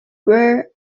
where